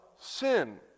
sin